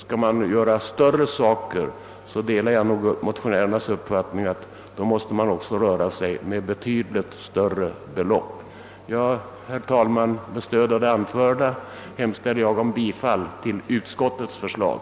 Skall man göra större saker, delar jag nog motionärernas mening, att man också måste röra sig med betydligt större belopp. Herr talman! Med stöd av det anförda hemställer jag om bifall till utskottets förslag.